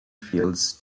fields